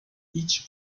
each